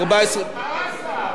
ארבעה-עשר.